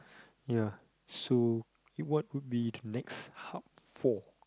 ya so eh what would be the next hub for